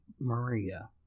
Maria